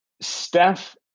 Steph